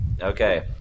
Okay